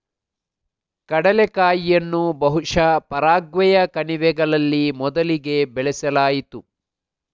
ಕಡಲೆಕಾಯಿಯನ್ನು ಬಹುಶಃ ಪರಾಗ್ವೆಯ ಕಣಿವೆಗಳಲ್ಲಿ ಮೊದಲಿಗೆ ಬೆಳೆಸಲಾಯಿತು